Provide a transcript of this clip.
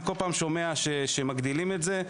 אני בכל פעם שומע שמגדילים את זה,